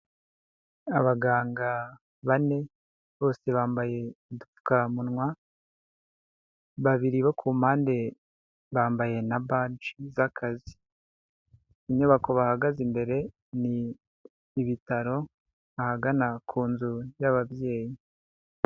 Abaganga bane bose bambaye udupfukamunwa, babiri bo ku mpande bambaye na baji z'akazi, inyubako bahagaze imbere ni ibitaro ahagana ku nzu y'ababyeyi.